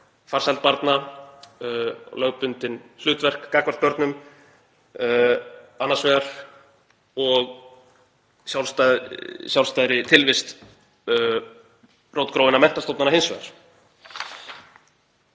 farsæld barna, lögbundin hlutverk gagnvart börnum annars vegar og sjálfstæðri tilvist rótgróinna menntastofnana hins vegar.